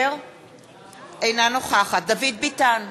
אינה נוכחת דוד ביטן,